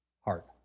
heart